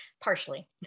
partially